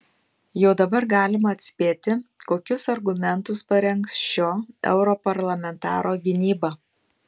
jau dabar galima atspėti kokius argumentus parengs šio europarlamentaro gynyba